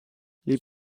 les